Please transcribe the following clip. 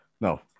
No